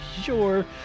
sure